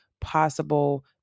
possible